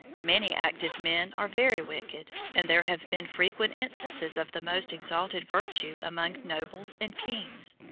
many active men are very wicked and there have been frequent instances of the most exalted virtue among nobles and kings.